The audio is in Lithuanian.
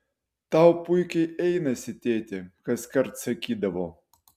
tau puikiai einasi tėti kaskart sakydavo